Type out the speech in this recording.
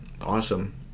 Awesome